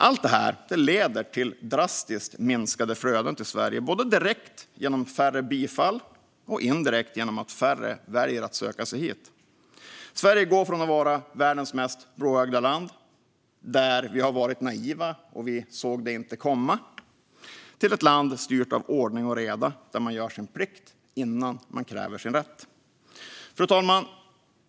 Allt detta leder till drastiskt minskade flöden till Sverige, både direkt genom färre bifall och indirekt genom att färre väljer att söka sig hit. Sverige går från att vara världens mest blåögda land, där vi har varit naiva och inte sett problemen komma, till att vara ett land styrt av ordning och reda och där man gör sin plikt innan man kräver sin rätt. Fru talman!